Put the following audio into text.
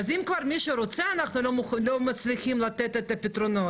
אז אם כבר מישהו רוצה אנחנו לא מצליחים לתת את הפתרונות,